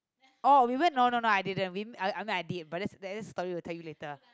oh we went no no no I didn't we I I mean I did but that's that's story will tell you later